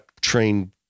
trained